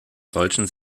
solchen